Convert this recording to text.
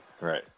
right